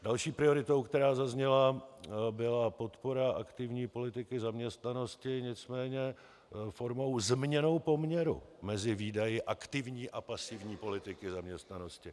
Další prioritou, která zazněla, byla podpora aktivní politiky zaměstnanosti, nicméně formou změny poměru mezi výdaji aktivní a pasivní politiky zaměstnanosti.